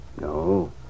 No